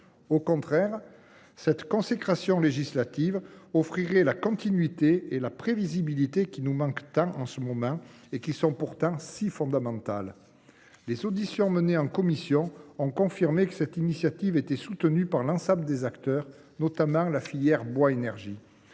À l’inverse, cette consécration législative offrirait la continuité et la prévisibilité qui nous manquent tant en ce moment et qui sont pourtant si fondamentales. Les auditions menées par la commission ont confirmé que cette initiative était soutenue par l’ensemble des acteurs, notamment la filière bois énergie.